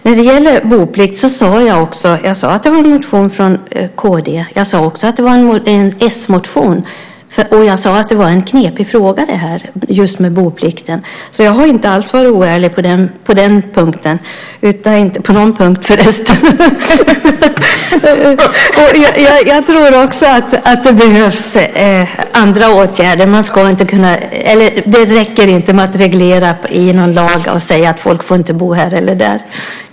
När det gäller boplikt sade jag att det var en motion från kd. Jag sade också att det var en s-motion. Och jag sade att detta med boplikten var en knepig fråga. Jag har alltså inte alls varit oärlig på den punkten - inte på någon punkt, förresten! Jag tror också att det behövs andra åtgärder. Det räcker inte med att reglera i någon lag och säga att folk inte får bo här eller där.